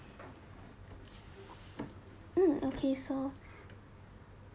mm okay so